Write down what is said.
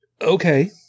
Okay